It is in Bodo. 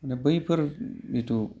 दा बैफोर जिथु